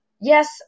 Yes